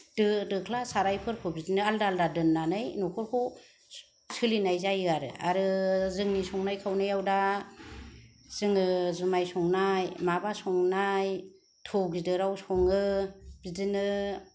दो दोख्ला सारायफोरखौ बिदिनो आलदा आलदा दोननानै न'खरखौ सोलिनाय जायो आरो आरो जोंनि संनाय खावनायाव दा जोङो जुमाय संनाय माबा संनाय थौ गिदिराव सङो बिदिनो